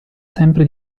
sempre